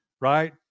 right